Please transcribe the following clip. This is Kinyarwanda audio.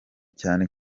cyane